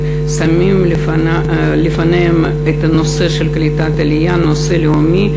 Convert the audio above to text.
ושמים לפניהם את נושא קליטת העלייה כנושא לאומי,